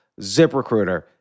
ZipRecruiter